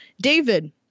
David